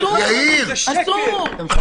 אסור.